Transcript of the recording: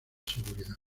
seguridad